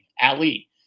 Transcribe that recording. Ali